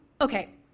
okay